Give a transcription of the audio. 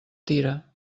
tira